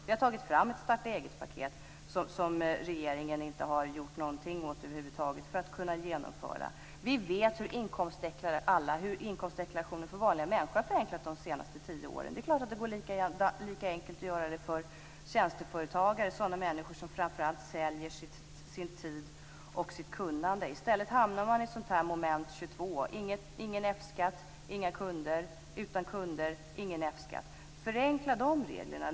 Vi har tagit fram ett starta-eget-paket, som regeringen över huvud taget inte har gjort någonting åt för att genomföra. Vi vet alla hur inkomstdeklarationen för vanliga människor har förenklats under de senaste tio åren. Det är klart att det vore lika enkelt att göra motsvarande för tjänsteföretagare, sådana människor som framför allt säljer sin tid och sitt kunnande. I stället hamnar man i ett moment 22: ingen F-skatt inga kunder och utan kunder ingen F-skatt. Förenkla reglerna!